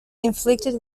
inflicted